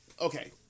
okay